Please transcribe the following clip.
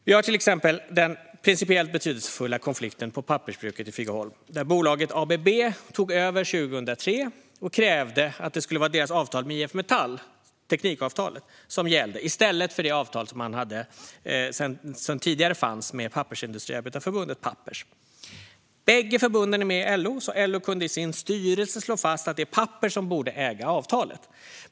Vi har till exempel den principiellt betydelsefulla konflikten på pappersbruket i Figeholm. Bolaget ABB tog över 2003 och krävde att det skulle vara deras avtal med IF Metall, teknikavtalet, som gällde, i stället för det avtal som tidigare fanns med Pappersindustriarbetareförbundet, eller Pappers. Bägge förbunden är med i LO, så LO kunde i sin styrelse slå fast att det var Pappers som borde äga avtalet.